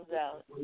out